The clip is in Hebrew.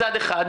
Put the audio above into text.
מצד אחד.